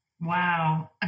Wow